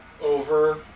over